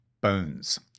bones